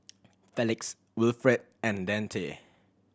Felix Wilfrid and Dante